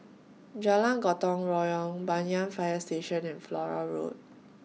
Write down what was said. Jalan Gotong Royong Banyan Fire Station and Flora Road